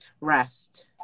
rest